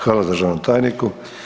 Hvala državnom tajniku.